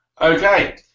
Okay